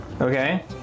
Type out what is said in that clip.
okay